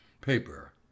paper